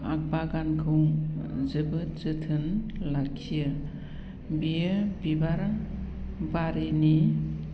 बागानखौ जोबोद जोथोन लाखियो बियो बिबार बारिनि